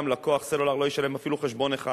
גם לקוח סלולר לא ישלם אפילו חשבון אחד.